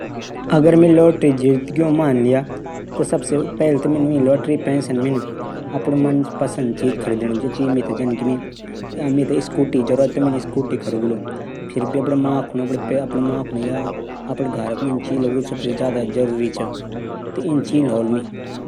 खेलो पर पैसा लगाण से म्यारू विचार की गरीब आदमी जैमा प्रतिभा च वे थै संसाधन उपलब्ध कराण चैंदन। खिलाड़ियों थै दुनिया भरो पैसा मिलदू। लेकिन गांव मा जू गरीब प्रतिभाशाली खिलाड़ी छन ऊ ओर कुवी नी दिखदू।